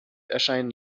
erscheinen